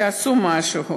תעשו משהו,